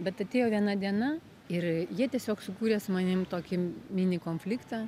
bet atėjo viena diena ir jie tiesiog sukūrė su manim tokį mini konfliktą